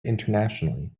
internationally